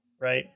right